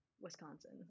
Wisconsin